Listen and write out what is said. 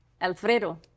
Alfredo